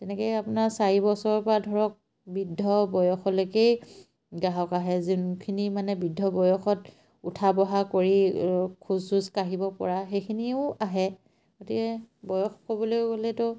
তেনেকৈয়ে আপোনাৰ চাৰি বছৰপৰা ধৰক বৃদ্ধ বয়সলৈকেই গ্ৰাহক আহে যোনখিনি মানে বৃদ্ধ বয়সত উঠা বঢ়া কৰি খোজ চোজ কাঢ়িব পৰা সেইখিনিও আহে গতিকে বয়স ক'বলৈ গ'লেতো